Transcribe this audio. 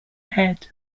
head